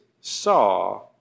saw